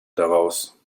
daraus